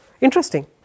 Interesting